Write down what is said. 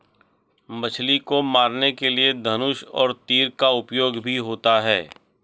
मछली को मारने के लिए धनुष और तीर का उपयोग भी होता है